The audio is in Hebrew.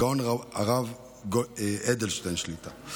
הגאון הרב אדלשטיין שליט"א.